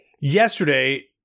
Yesterday